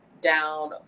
down